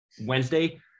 Wednesday